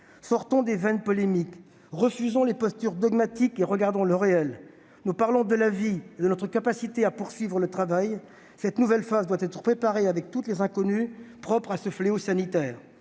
Sortons des vaines polémiques ! Refusons les postures dogmatiques et regardons le réel. Nous parlons de la vie et de notre capacité à poursuivre le travail. Cette nouvelle phase doit être préparée avec toutes les inconnues propres à ce fléau sanitaire.